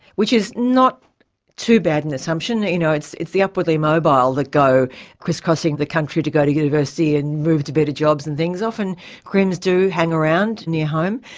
which is not too bad an assumption you know, it's it's the upwardly mobile that go criss-crossing the country to go to university and move to better jobs and things. often crims do hang around near home.